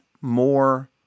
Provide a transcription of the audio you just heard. more